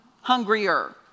hungrier